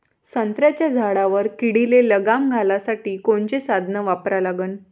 संत्र्याच्या झाडावर किडीले लगाम घालासाठी कोनचे साधनं वापरा लागन?